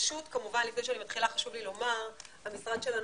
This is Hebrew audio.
לפני אני מתחילה חשוב לי לומר שהמשרד שלנו